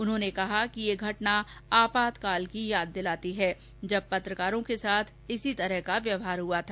उन्होंने कहा कि यह घटना आपातकाल की याद दिलाती है जब पत्रकारों के साथ इसी तरह का व्यवहार हआ था